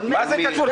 מה זה קשור?